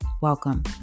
Welcome